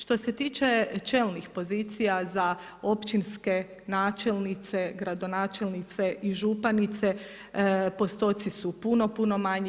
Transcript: Što se tiče čelnih pozicija za općinske načelnice, gradonačelnice i županice postotci su puno, puno manji.